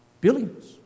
billions